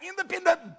independent